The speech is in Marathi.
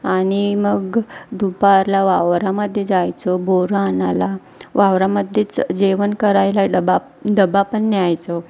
आणि मग दुपारला वावरामध्ये जायचो बोरं आणायला वावरामध्येच जेवण करायला डबा डबा पण न्यायचो